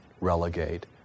relegate